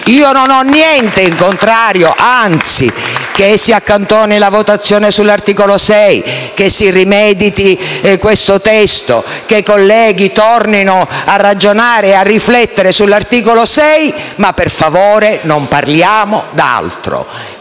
Io non ho niente in contrario, anzi, che si accantoni la votazione dell'articolo 6, che si rimediti questo testo, che i colleghi tornino su di esso a ragionare e a riflettere, ma per favore non parliamo d'altro.